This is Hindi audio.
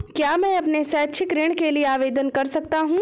क्या मैं अपने शैक्षिक ऋण के लिए आवेदन कर सकता हूँ?